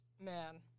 Man